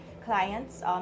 clients